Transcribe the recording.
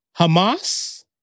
Hamas